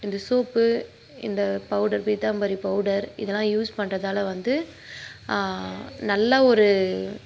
இந்த சோப்பு இந்த powder Pitambari powder இதெல்லாம் யூஸ் பண்ணுறதால வந்து நல்ல ஒரு